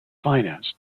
financed